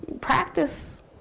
practice